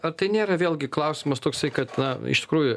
ar tai nėra vėlgi klausimas toksai kad na iš tikrųjų